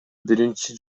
биринчи